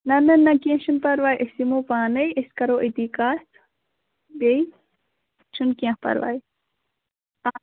نہَ نہَ نہَ کیٚنٛہہ چھُنہٕ پَرواے أسۍ یِمَو پانٕے أسۍ کَرَو أتۍ کَتھ بیٚیہِ چھُنہٕ کیٚنٛہہ پَرواے آ